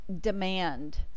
Demand